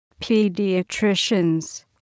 pediatricians